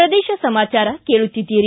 ಪ್ರದೇಶ ಸಮಾಚಾರ ಕೇಳುತ್ತಿದ್ದೀರಿ